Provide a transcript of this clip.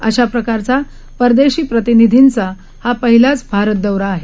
अशाप्रकारचा परदेशीप्रतिनिधींचाहापहिलाचभारतदौराआहे